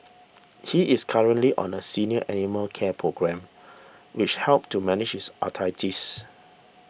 he is currently on a senior animal care programme which helps to manage his arthritis